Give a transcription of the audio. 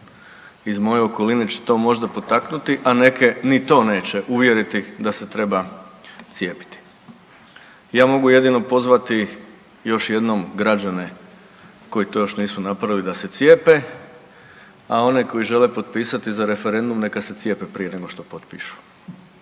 iz moje okoline će to možda potaknuti, a neke ni to neće uvjeriti da se treba cijepiti. Ja mogu jedino pozvati još jednom građane koji to još nisu napravili da se cijepe, a one koji žele potpisati za referendum neka se cijepe prije nego što potpišu.